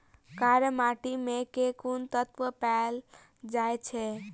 कार्य माटि मे केँ कुन तत्व पैल जाय छै?